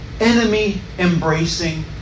enemy-embracing